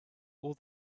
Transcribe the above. all